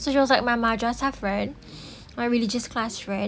so she was like my madrasah friend my religious class friend